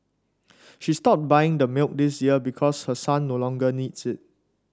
she stopped buying the milk this year because her son no longer needs it